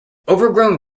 overgrown